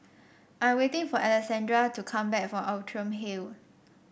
I'm waiting for Alexandrea to come back from Outram Hill